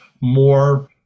more